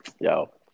Yo